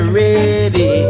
ready